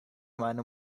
meine